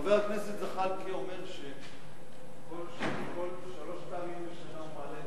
חבר הכנסת זחאלקה אומר שהוא מעלה את הנושא הזה שלוש פעמים בשנה,